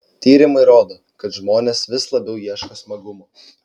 tyrimai rodo kad žmonės vis labiau ieško smagumo